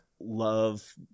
love